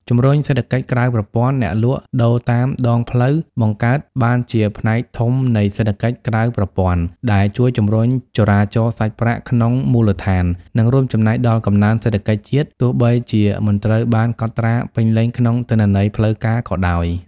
ជំរុញសេដ្ឋកិច្ចក្រៅប្រព័ន្ធអ្នកលក់ដូរតាមដងផ្លូវបង្កើតបានជាផ្នែកធំនៃសេដ្ឋកិច្ចក្រៅប្រព័ន្ធ ដែលជួយជំរុញចរាចរសាច់ប្រាក់ក្នុងមូលដ្ឋាន និងរួមចំណែកដល់កំណើនសេដ្ឋកិច្ចជាតិ ទោះបីជាមិនត្រូវបានកត់ត្រាពេញលេញក្នុងទិន្នន័យផ្លូវការក៏ដោយ ។